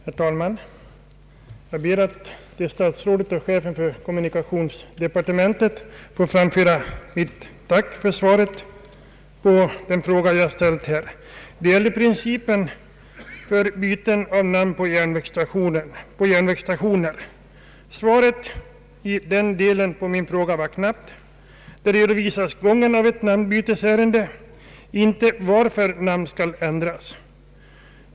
Herr talman! Jag ber att till statsrådet och chefen för kommunikationsdepartementet få framföra mitt tack för svaret på den fråga som jag har ställt. Det gäller här principen för byten av namn på järnvägsstationer. Svaret i den delen på min fråga var knappt. Där redovisas gången av ett namnbytesärende, inte varför namn skall ändras. Herr talman!